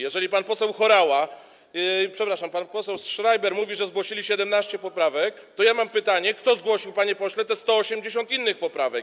Jeżeli pan poseł Horała... przepraszam, pan poseł Schreiber mówi, że zgłosili 17 poprawek, to mam pytanie: Kto zgłosił, panie pośle, 180 innych poprawek?